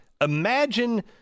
Imagine